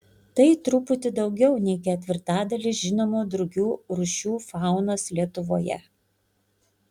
tai truputį daugiau nei ketvirtadalis žinomų drugių rūšių faunos lietuvoje